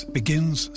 begins